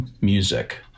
music